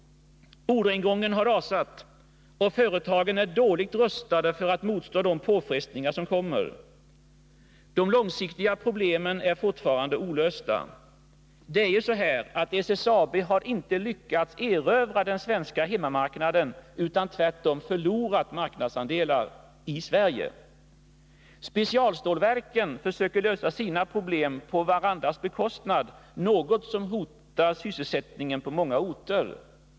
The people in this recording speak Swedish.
Orderingången har rasat, och företagen är dåligt rustade för att motstå de påfrestningar som kommer. De långsiktiga problemen är fortfarande olösta. SSAB har ju inte lyckats erövra den svenska hemmamarknaden utan tvärtom förlorat marknadsandelar i Sverige. Specialstålverken försöker lösa sina problem på varandras bekostnad, något som hotar sysselsättningen på många orter.